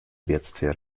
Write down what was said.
бедствия